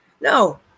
No